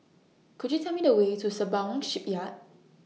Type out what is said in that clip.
Could YOU Tell Me The Way to Sembawang Shipyard